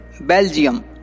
Belgium